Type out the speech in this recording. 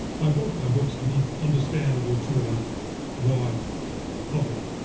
i wrote my books to be understandable to a wide public.